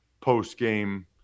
post-game